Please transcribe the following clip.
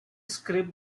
script